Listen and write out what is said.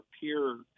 peer